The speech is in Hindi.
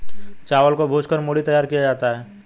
चावल को भूंज कर मूढ़ी तैयार किया जाता है